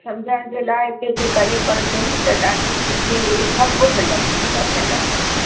समुझण जे लाइ जेके करे पढ़िजांइ त ॾाढी सुठी सभु मिलंदव मिलंदव